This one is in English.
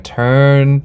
turn